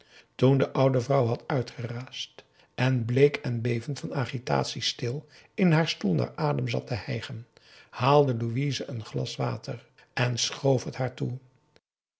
toen de oude vrouw had uitgeraasd en bleek en bevend van agitatie stil in haar stoel naar adem zat te hijgen haalde louise een glas water en schoof het haar toe